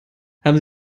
haben